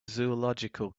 zoological